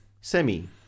semi